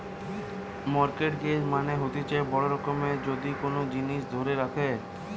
mortgage মানে হতিছে বড় রকমের যদি কোন জিনিস ধরে রাখে